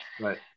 Right